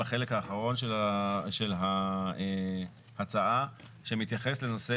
בחלק האחרון של ההצעה שמתייחס לנושא